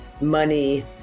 money